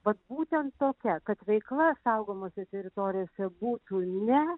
vat būtent tokia kad veikla saugomose teritorijose būtų ne